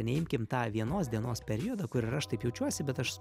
neimkim tą vienos dienos periodą kur ir aš taip jaučiuosi bet aš